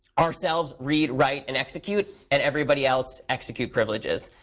ourselves read, write, and execute, and everybody else execute privileges.